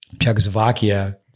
Czechoslovakia